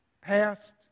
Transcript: Past